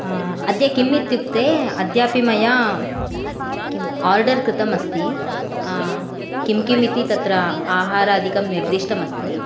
अद्य किम् इत्युक्ते अद्यापि मया किं ओर्डर् कृतम् अस्ति किं किम् इति तत्र आहारादिकं निर्दिष्टम् अस्ति